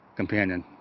companion.